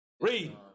Read